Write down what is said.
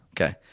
Okay